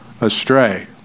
astray